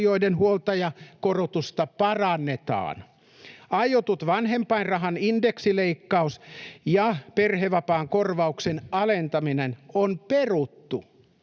huoltajakorotusta parannetaan. Aiotut vanhempainrahan indeksileikkaus ja perhevapaan korvauksen alentaminen on peruttu.